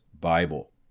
Bible